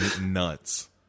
nuts